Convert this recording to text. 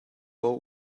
bowl